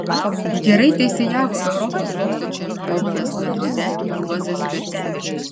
gerai teisėjavo europos bokso čempionas madride juozas juocevičius